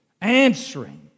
answering